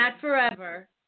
forever